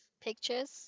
Pictures